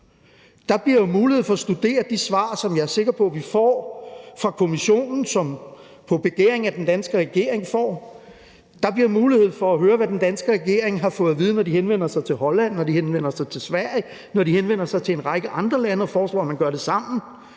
der bliver mulighed for at studere de svar, som jeg er sikker på at vi får fra Kommissionen på begæring af den danske regering, der bliver mulighed for at høre, hvad den danske regering har fået at vide, når de henvender sig til Holland, når de henvender sig til Sverige, når de henvender sig til en række andre lande og foreslår, at man gør det sammen.